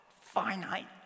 finite